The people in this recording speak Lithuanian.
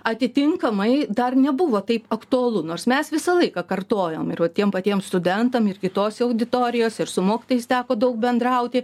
atitinkamai dar nebuvo taip aktualu nors mes visą laiką kartojom ir va tiem patiem studentam ir kitose auditorijose ir su mokytojais teko daug bendrauti